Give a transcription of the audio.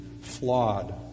flawed